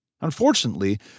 Unfortunately